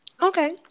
Okay